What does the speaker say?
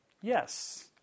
Yes